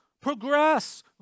progress